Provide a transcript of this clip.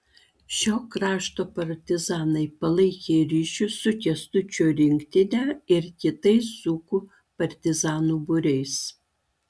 šio krašto partizanai palaikė ryšius su kęstučio rinktine ir kitais dzūkų partizanų būriais